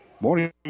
Morning